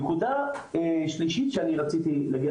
נקודה שלישית שאני רציתי לדבר,